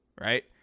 right